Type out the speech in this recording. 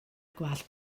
gwallt